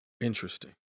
Interesting